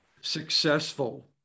successful